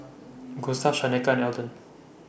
Gustav Shaneka and Elden